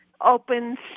opens